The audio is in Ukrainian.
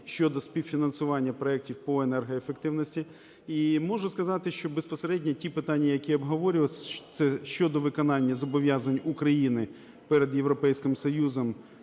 щодо співфінансування проектів по енергоефективності. І можу сказати, що безпосередньо ті питання, які обговорювались, це щодо виконання зобов’язань України перед Європейським Союзом